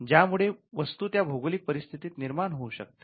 ज्यामुळे वस्तू त्या भौगोलिक परिस्थितीत निर्माण होऊ शकते